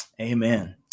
Amen